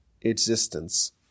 existence